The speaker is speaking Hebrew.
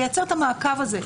לייצר את המעקב הזה,